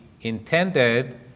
intended